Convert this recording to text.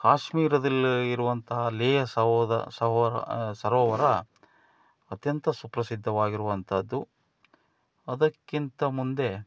ಕಾಶ್ಮೀರದಲ್ಲಿ ಇರುವಂತಹ ಲೇಹ್ ಸವೋದ ಸವೋರ ಸರೋವರ ಅತ್ಯಂತ ಸುಪ್ರಸಿದ್ಧವಾಗಿರುವಂಥದ್ದು ಅದಕ್ಕಿಂತ ಮುಂದೆ